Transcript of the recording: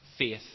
Faith